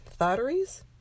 Thotteries